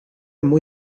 muy